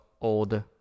old